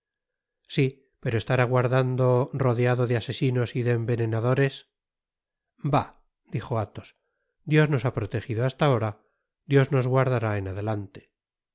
si pero estar aguardando rodeado de asesinos y de envenenadores bah dijo athos dios nos ha protejido hasla ahora dios nos guardará en adelante